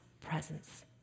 presence